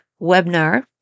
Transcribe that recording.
webinar